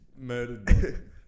murdered